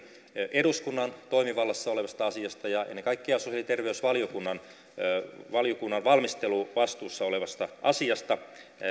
eduskunnan toimivallassa olevasta asiasta ja ennen kaikkea sosiaali ja terveysvaliokunnan valmisteluvastuussa olevasta asiasta